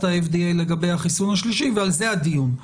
ה-FDA לגבי החיסון השלישי ועל זה הדיון.